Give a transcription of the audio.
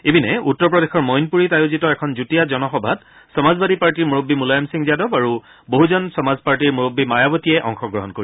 ইপিনে উত্তৰ প্ৰদেশৰ মইনপুৰীত আয়োজিত এখন যুটীয়া জনসভাত সমাজবাদী পাৰ্টীৰ মুৰববী মুলায়ম সিং যাদৱ আৰু বহুজন সমাজ পাৰ্টীৰ মুৰববী মায়াৱতীয়ে অংশগ্ৰহণ কৰিব